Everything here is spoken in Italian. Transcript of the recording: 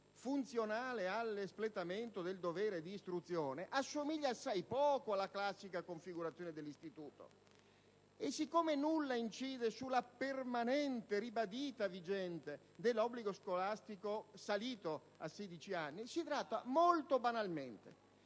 funzionale all'espletamento del dovere di istruzione, assomiglia assai poco alla classica configurazione dell'istituto. Siccome nulla incide sulla permanente e ribadita vigenza dell'obbligo scolastico salito a 16 anni, si tratta molto banalmente